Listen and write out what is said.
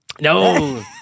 No